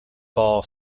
ball